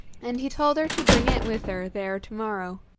and he told her to bring it with her there to-morrow.